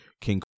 king